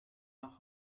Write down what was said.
noch